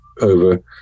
over